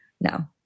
No